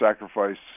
sacrifice